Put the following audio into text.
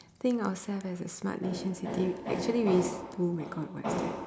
think ourselves as a smart nation city actually we oh my god what's that